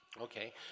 Okay